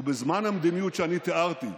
ובזמן המדיניות שאני תיארתי,